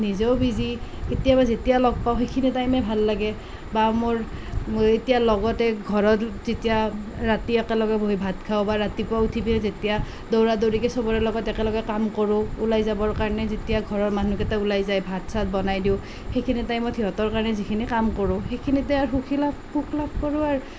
নিজেও বিজি কেতিয়াবা যেতিয়া লগ পাওঁ সেইখিনি টাইমেই ভাল লাগে বা মোৰ এতিয়া লগতে ঘৰত যেতিয়া ৰাতি একেলগে বহি ভাত খাওঁ বা ৰাতিপুৱা উঠি পিনে যেতিয়া দৌৰাদৌৰিকৈ সবৰ লগত একেলগে কাম কৰোঁ ওলাই যাবৰ কাৰণে যেতিয়া ঘৰৰ মানুহকেইটা ওলাই যায় ভাত চাত বনাই দিওঁ সেইখিনি টাইমত সিহঁতৰ কাৰণে যিখিনি কাম কৰোঁ সেইখিনিতে আৰু সুখী লাভ সুখ লাভ কৰোঁ আৰু